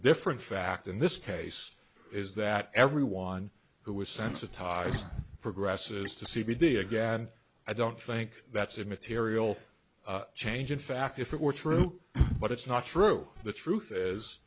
different fact in this case is that everyone who was sensitized progresses to see video again i don't think that's a material change in fact if it were true but it's not true the truth is